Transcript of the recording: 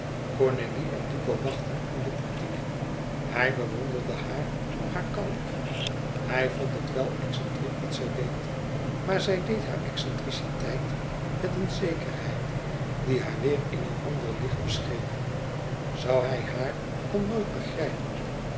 cornélie en duco wachtten in den portiek hij bewonderde haar om hare kalmte hij vond het wel excentriek wat zij deed maar zij deed hare excentriciteit met eene zekerheid die haar weêr in een ander licht bescheen zoû hij haar dan nooit begrijpen